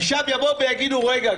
עכשיו יבואו ויגידו: רגע,